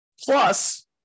Plus